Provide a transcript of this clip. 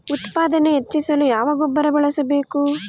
ಉತ್ಪಾದನೆ ಹೆಚ್ಚಿಸಲು ಯಾವ ಗೊಬ್ಬರ ಬಳಸಬೇಕು?